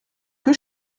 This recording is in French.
que